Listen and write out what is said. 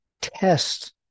test